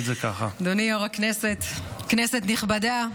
יו"ר הכנסת, כנסת נכבדה,